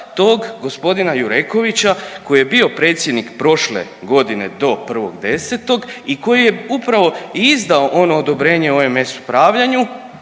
tog g. Jurekovića koji je bio predsjednik prošle godine do 1.10. i koji je upravo i izdao ono odobrenje OMS-Upravljanju